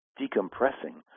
decompressing